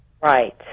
Right